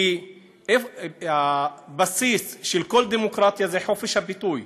כי הבסיס של כל דמוקרטיה זה חופש הביטוי.